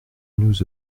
nous